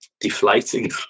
deflating